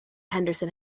henderson